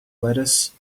lettuce